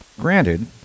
Granted